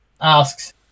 asks